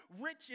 rich